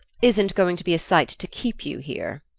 isn't going to be a sight to keep you here.